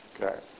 okay